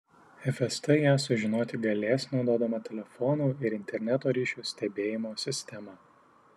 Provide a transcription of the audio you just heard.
fst ją sužinoti galės naudodama telefonų ir interneto ryšio stebėjimo sistemą